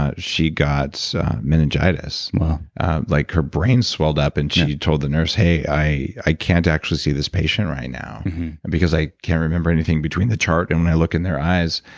ah she got meningitis wow like her brain swelled up and she told the nurse, hey, i i can't actually see this patient right now because i can't remember anything between the chart and when i look in their eyes.